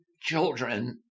children